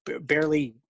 barely